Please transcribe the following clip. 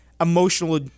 Emotional